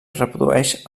reprodueix